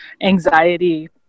anxiety